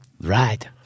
Right